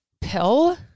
pill